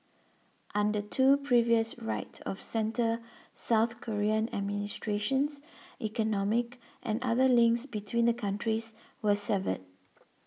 under two previous right of centre South Korean administrations economic and other links between the countries were severed